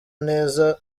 neza